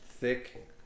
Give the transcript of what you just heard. thick